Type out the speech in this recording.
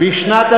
בבקשה.